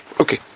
Okay